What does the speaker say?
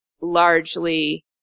largely